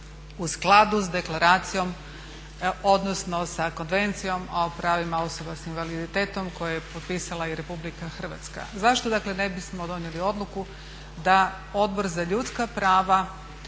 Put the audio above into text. u skladu s deklaracijom, odnosno sa Konvencijom o pravima osoba sa invaliditetom koje je potpisala i Republika Hrvatskla. Zašto dakle ne bismo donijeli odluku da Odbor za ljudska prava